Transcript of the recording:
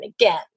again